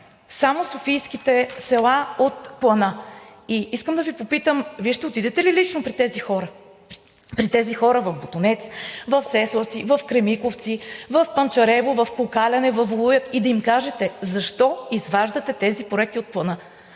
само софийските села от Плана?! Искам да Ви попитам: Вие ще отидете ли лично при тези хора в Ботунец, в Сеславци, в Кремиковци, в Панчарево, в Кокаляне, във Волуяк и да им кажете защо изваждате тези проекти от Плана?